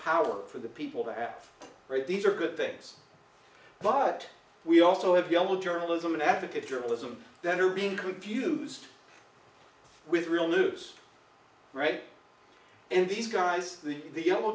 power for the people that write these are good things but we also have yellow journalism an advocate journalism that are being confused with real loose right and these guys the yellow